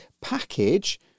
package